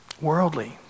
worldly